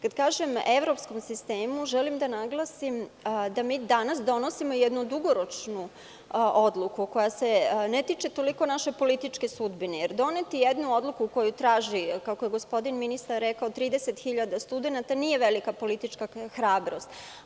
Kada kažem – evropskom sistemu, želim da naglasim da danas donosimo jednu dugoročnu odluku koja se ne tiče toliko naše političke sudbine jer doneti jednu odluku koju traži, kako je gospodin ministar rekao, 30.000 studenata, nije velika politička hrabrost.